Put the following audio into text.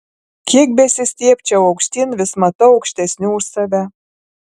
kiek besistiebčiau aukštyn vis matau aukštesnių už save